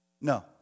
No